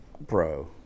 Bro